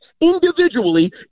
individually